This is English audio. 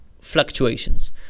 fluctuations